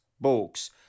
books